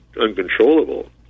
uncontrollable